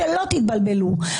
שלא תתבלבלו,